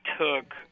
took